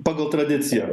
pagal tradiciją